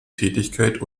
tätigkeit